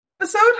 episode